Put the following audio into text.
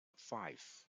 five